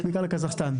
לקזחסטן.